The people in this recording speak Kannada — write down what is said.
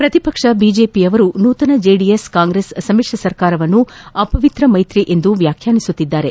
ಪ್ರತಿಪಕ್ಷ ಬಿಜೆಪಿಯವರು ನೂತನ ಜೆಡಿಎಸ್ ಕಾಂಗ್ರೆಸ್ ಸಮಿಶ್ರ ಸರ್ಕಾರವನ್ನು ಅಪವಿತ್ರ ಮೈತ್ರಿ ಎಂದು ವ್ಯಾಖ್ಯಾನಿಸುತ್ತಿದ್ದಾರೆ